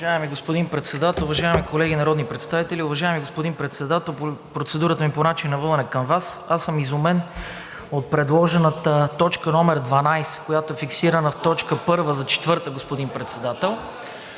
Уважаеми господин Председател, уважаеми колеги народни представители! Уважаеми господин Председател, процедурата ми по начина на водене е към Вас. Аз съм изумен от предложената точка № 12, която е фиксирана в точка първа за четвъртък, господин Председател.